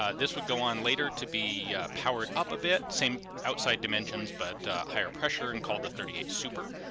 ah this would go on later to be powered up a bit, same outside dimensions but higher pressure and called the point three eight super.